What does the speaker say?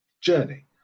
journey